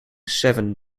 seven